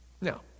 Now